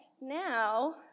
Now